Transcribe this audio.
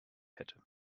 hätte